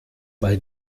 bei